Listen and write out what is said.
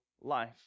life